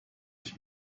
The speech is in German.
ich